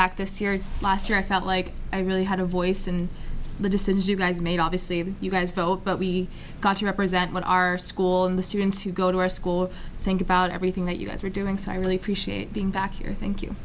back this year and last year i felt like i really had a voice in the decisions you guys made obviously you guys vote but we got to represent our school and the students who go to our school think about everything that you guys are doing so i really appreciate being back here thank